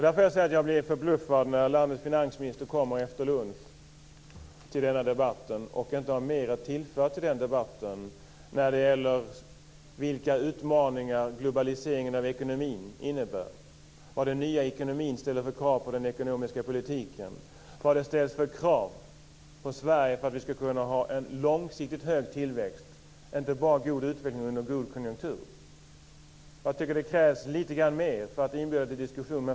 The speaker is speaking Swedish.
Därför blir jag förbluffad när landets finansminister kommer efter lunch till den här debatten och inte har mer att tillföra när det gäller vilka utmaningar globaliseringen av ekonomin innebär, vad den nya ekonomin ställer för krav på den ekonomiska politiken och vad det ställs för krav på Sverige för att vi ska kunna ha en långsiktigt hög tillväxt och inte bara god utveckling under god konjunktur. Jag tycker att det krävs lite mer för att man ska inbjuda till diskussion.